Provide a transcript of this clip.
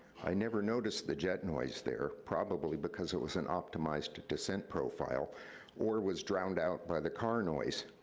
i never noticed the jet noise there, probably because it was an optimized descent profile or was drowned out by the car noise.